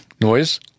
noise